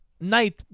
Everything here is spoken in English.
night